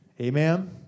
Amen